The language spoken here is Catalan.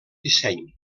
disseny